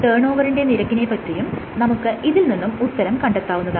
turn ഓവറിന്റെ നിരക്കിനെ പറ്റിയും നമുക്ക് ഇതിൽ നിന്നും ഉത്തരം കണ്ടെത്താവുന്നതാണ്